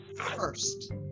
first